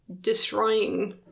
destroying